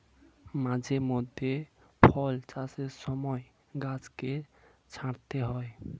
মাঝে মধ্যে ফল চাষের সময় গাছকে ছাঁটতে হয়